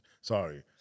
Sorry